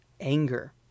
anger